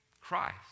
Christ